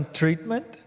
treatment